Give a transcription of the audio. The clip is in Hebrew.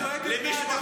למשפחות הנרצחים קשה.